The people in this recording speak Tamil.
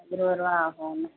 இருபது ரூபா ஆகும்